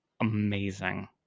Amazing